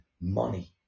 money